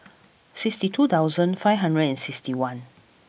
sixty two thousand five hundred and sixty one